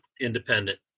independent